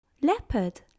Leopard